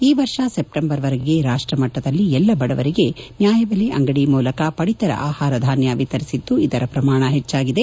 ಈ ವರ್ಷ ಸೆಪ್ಪಂಬರ್ವರೆಗೆ ರಾಷ್ಟಮಟ್ಟದಲ್ಲಿ ಎಲ್ಲಾ ಬಡವರಿಗೆ ನ್ಕಾಯಬೆಲೆ ಅಂಗಡಿ ಮೂಲಕ ಪಡಿತರ ಆಹಾರಧಾನ್ಯವನ್ನು ವಿತರಿಸಿದ್ದು ಇದರ ಪ್ರಮಾಣ ಹೆಚ್ಚಾಗಿದೆ